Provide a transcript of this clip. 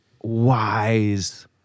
wise